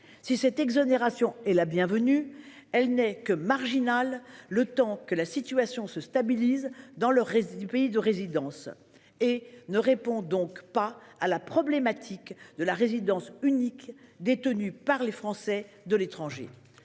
Si cette exonération est la bienvenue, elle n'est que marginale. Elle n'est prévue que pour le temps que la situation se stabilise dans leur pays de résidence. Elle ne répond donc pas à la problématique de la résidence unique détenue par les Français de l'étranger.